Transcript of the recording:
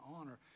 honor